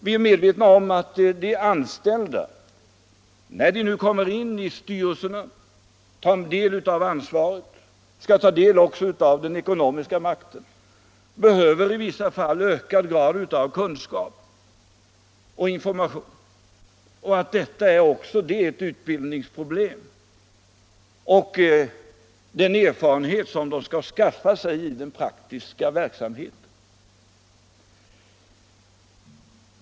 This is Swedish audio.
Vi är medvetna om att de anställda, när de nu kommer in i styrelserna och tar del av ansvaret och skall ta del även av den ekonomiska makten, i vissa fall behöver ökad grad av kunskap och information samt att detta också är ett utbildningsproblem och ett behov av att skaffa sig erfarenhet i den praktiska verksamheten.